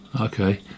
Okay